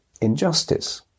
injustice